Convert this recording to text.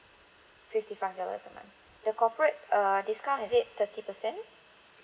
fifty five dollars a month the corporate uh discount is it thirty percent